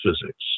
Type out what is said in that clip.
physics